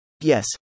Yes